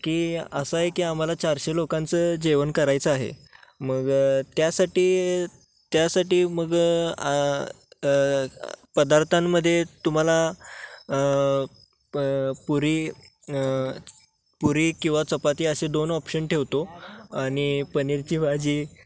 की असं आहे की आम्हाला चारशे लोकांचं जेवण करायचं आहे मग त्यासाठी त्यासाठी मग पदार्थांमध्ये तुम्हाला प पुरी पुरी किंवा चपाती असे दोन ऑप्शन ठेवतो आणि पनीरची भाजी